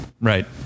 Right